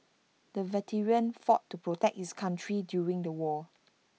the veteran fought to protect his country during the war